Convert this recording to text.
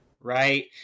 right